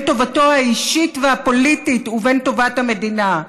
טובתו האישית והפוליטית ובין טובת המדינה.